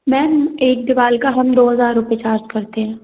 ma'am एक दिवार का हम दो हज़ार रुपये चार्ज करते हैं